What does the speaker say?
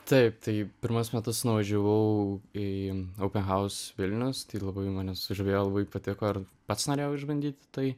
taip tai pirmus metus nuvažiavau į aupen haus vilnius labai mane sužavėjo labai patiko ir pats norėjau išbandyti tai